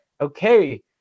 okay